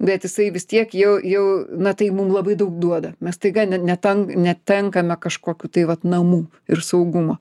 bet jisai vis tiek jau jau na tai mum labai daug duoda mes staiga ne ne ne ten netenkame kažkokių tai vat namų ir saugumo